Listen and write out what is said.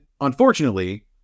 unfortunately